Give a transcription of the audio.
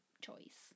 choice